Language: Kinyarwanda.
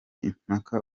imipaka